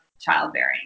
childbearing